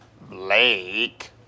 Blake